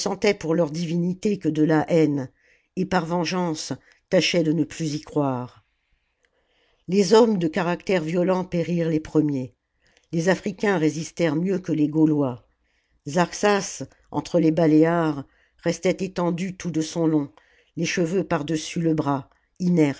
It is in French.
pour leur divinité que de la haine et par vengeance tâchaient de ne plus y croire les hommes de caractère violent périrent les premiers les africains résistèrent mieux que les gaulois zarxas entre les baléares restait étendu tout de son long les cheveux par-dessus le bras